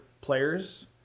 players